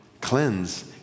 cleanse